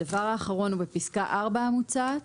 ההערה האחרונה היא לפסקה (4) המוצעת.